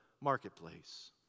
marketplace